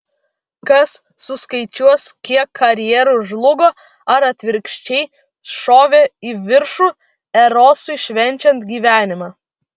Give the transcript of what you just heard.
kas suskaičiuos kiek karjerų žlugo ar atvirkščiai šovė į viršų erosui švenčiant gyvenimą